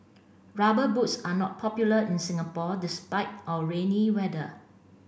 rubber boots are not popular in Singapore despite our rainy weather